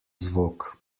zvok